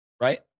right